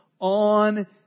on